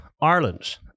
Ireland